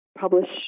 publish